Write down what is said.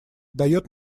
дает